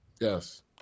Yes